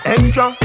Extra